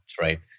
right